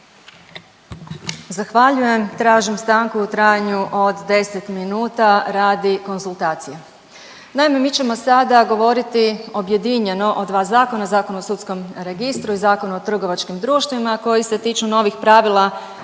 Zahvaljujem. Tražim stanku u trajanju od 10 minuta radi konzultacija. Naime, mi ćemo sada govoriti objedinjeno o 2 zakona, Zakon o sudskom registru i Zakon o trgovačkim društvima koji se tiču novih pravila